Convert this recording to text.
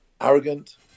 arrogant